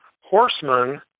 Horsemen